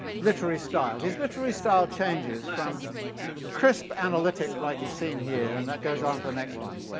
literary style. his literary style changes from crisp analytic, like you've seen here, and that goes on for the next one,